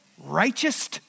righteous